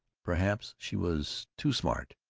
perhaps she was too smart.